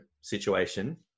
situation